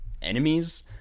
enemies